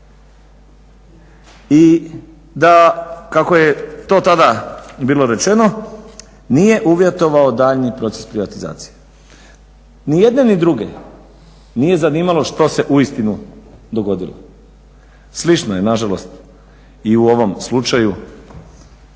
I da kako je to tada bilo rečeno nije uvjetovao daljnji proces privatizacije. Ni jedne ni druge nije zanimalo što se uistinu dogodilo. slično je nažalost i u ovom slučaju